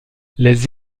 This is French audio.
les